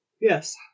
Yes